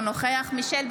שנייה.